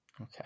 Okay